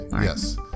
Yes